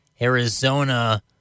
Arizona